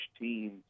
teams